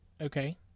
Okay